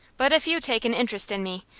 but if you take an interest in me,